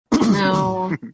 No